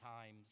times